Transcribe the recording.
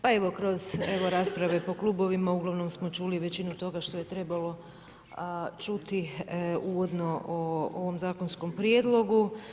Pa evo, kroz rasprave po klubovima uglavnom smo čuli većinu toga što je trebalo čuti uvodno o ovom zakonskom prijedlogu.